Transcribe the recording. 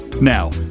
Now